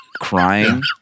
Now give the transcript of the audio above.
crying